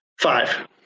Five